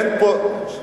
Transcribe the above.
אין פה,